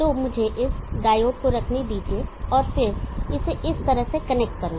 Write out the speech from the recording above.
तो मुझे इस डायोड को रखने दीजिए और फिर इसे इस तरह से कनेक्ट करें